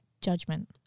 Judgment